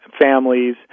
families